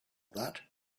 that